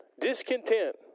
discontent